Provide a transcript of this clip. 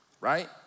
right